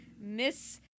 miss